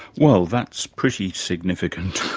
well, that's pretty significant.